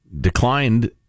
declined